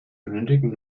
benötigen